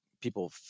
people